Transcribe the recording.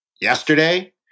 yesterday